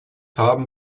haben